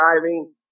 driving